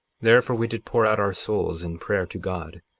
therefore we did pour out our souls in prayer to god,